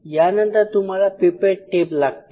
यानंतर तुम्हाला pipette tip लागतील